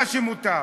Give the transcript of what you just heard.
מה שמותר.